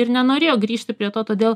ir nenorėjo grįžti prie to todėl